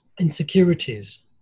insecurities